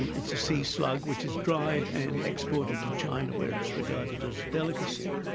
and it's a sea-slug which is dried and exported to china where it's regarded as a delicacy.